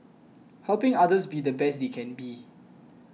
helping others be the best they can be